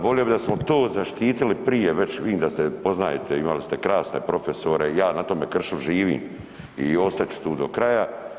Volio bi d smo to zaštitili prije već, vidim da se poznajete, imali ste krasne profesore, ja na tome kršu živim i ostat ću tu do kraja.